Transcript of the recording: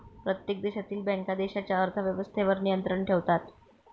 प्रत्येक देशातील बँका देशाच्या अर्थ व्यवस्थेवर नियंत्रण ठेवतात